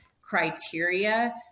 criteria